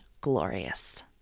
glorious